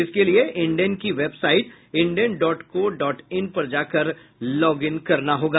इसके लिए इंडेन की website Indane dot co dot in पर जाकर लॉग इन करना होगा